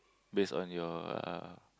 based on your uh